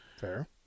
Fair